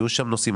יהיו שם נושאים,